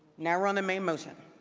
now we're on the main motion.